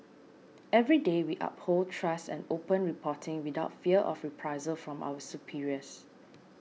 every day we uphold trust and open reporting without fear of reprisal from our superiors